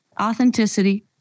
Authenticity